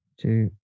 two